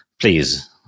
please